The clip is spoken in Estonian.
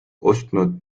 ostnud